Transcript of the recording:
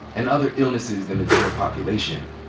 and other illnesses than the general population.